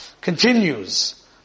Continues